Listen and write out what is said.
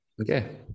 okay